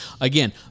Again